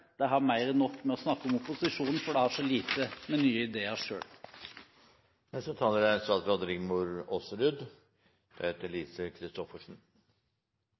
har mer enn nok med å snakke om opposisjonen fordi de har så få nye ideer